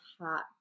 hot